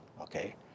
Okay